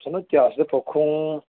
ਹੁਣ ਇਤਿਹਾਸਿਕ ਪੱਖੋਂ